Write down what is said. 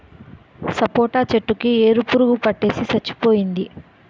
సపోటా చెట్టు కి ఏరు పురుగు పట్టేసి సచ్చిపోయింది